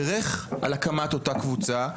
ברך על הקמת אותה קבוצה,